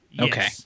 Okay